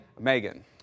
Megan